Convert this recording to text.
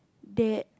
that